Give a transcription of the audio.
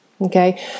Okay